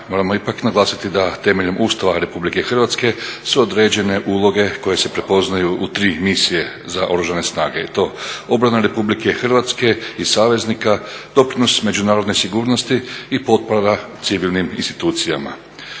moramo ipak naglasiti da temeljem Ustava Republike Hrvatske su određene uloge koje se prepoznaju u tri misije za Oružane snage i to obrana Republike Hrvatske i saveznika, doprinos međunarodnoj sigurnosti i potpora civilnim institucijama.